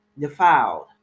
defiled